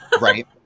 Right